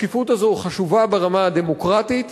השקיפות הזאת חשובה ברמה הדמוקרטית,